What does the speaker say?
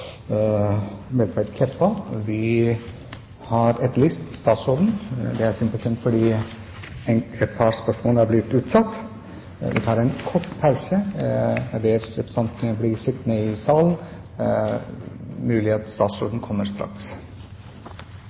Vi har etterlyst statsråden, som ikke er til stede, simpelthen fordi et par spørsmål har blitt utsatt. Vi tar en kort pause. Jeg ber representantene bli sittende i salen. Det er mulig at statsråden snart kommer.